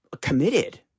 committed